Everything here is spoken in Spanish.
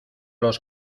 los